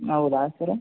ಹೌದಾ ಸರ್